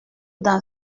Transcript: dans